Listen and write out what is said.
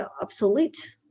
obsolete